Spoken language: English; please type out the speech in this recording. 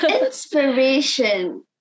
Inspiration